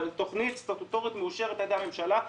תוכנית סטטוטורית מאושרת על ידי הממשלה.